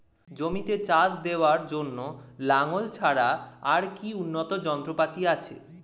জমিতে চাষ দেওয়ার জন্য লাঙ্গল ছাড়া আর কি উন্নত যন্ত্রপাতি আছে?